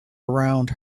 around